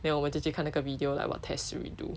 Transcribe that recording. then 我们就去看那个 video like what test should we do